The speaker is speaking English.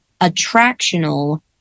attractional